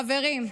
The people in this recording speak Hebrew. חברים,